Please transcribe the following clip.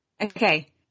okay